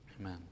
Amen